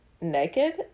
naked